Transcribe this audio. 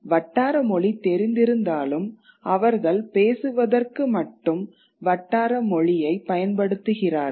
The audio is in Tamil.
வட்டாரமொழி தெரிந்திருந்தாலும்அவர்கள் பேசுவதற்கு மட்டும் வட்டார மொழியைப் பயன்படுத்துகிறார்கள்